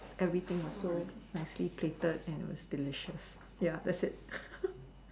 everything was so nicely plated and that was delicious ya that's it